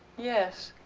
yes.